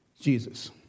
Jesus